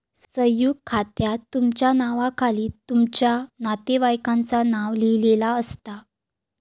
संयुक्त खात्यात तुमच्या नावाखाली तुमच्या नातेवाईकांचा नाव लिहिलेला असता